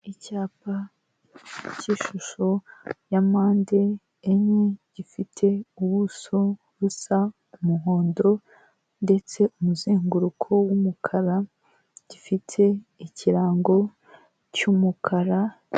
Icyapa cy'ishusho ya mpande enye, gifite ubuso busa umuhondo ndetse umuzenguruko w'umukara, gifite ikirango cy'umukara.